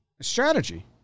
Strategy